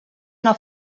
una